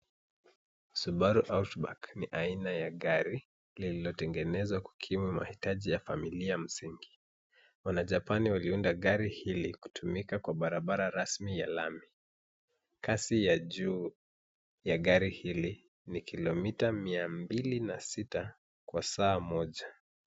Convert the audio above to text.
Subaru Outback ni aina la gari lililotengenezwa kukimu mahitaji ya familia msingi wanajapani waliunda gari hili ili kutumika kwa barabara rasmi ya lami. Kasi ya juu ya gari hili ni kilomita mia mbili na sita kwa saa moja.